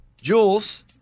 Jules